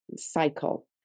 cycle